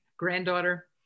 granddaughter